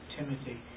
Timothy